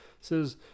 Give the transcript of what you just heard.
says